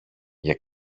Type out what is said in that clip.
για